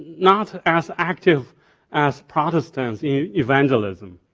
not as active as protestants in evangelism,